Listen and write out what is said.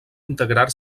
integrar